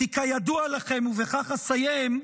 כי כידוע לכם, ובכך אסיים,